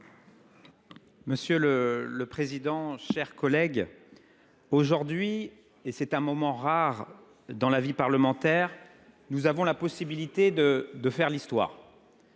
Monsieur le président, aujourd’hui, et c’est un moment rare dans la vie parlementaire, nous avons la possibilité de faire l’histoire.